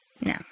No